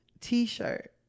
T-shirt